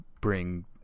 bring